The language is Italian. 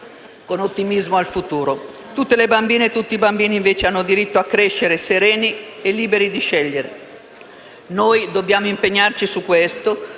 con ottimismo al futuro. Tutte le bambine e tutti i bambini, invece, hanno diritto a crescere sereni e liberi di scegliere. Dobbiamo impegnarci su questo,